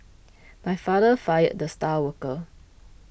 my father fired the star worker